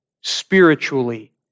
spiritually